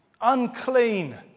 unclean